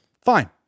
Fine